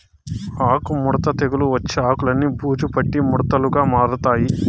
ఆకు ముడత తెగులు వచ్చి ఆకులన్ని బూజు పట్టి ముడతలుగా మారతాయి